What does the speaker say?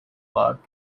luck